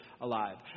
alive